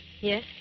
Yes